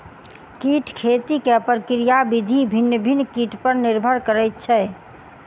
कीट खेती के प्रक्रिया विधि भिन्न भिन्न कीट पर निर्भर करैत छै